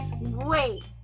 Wait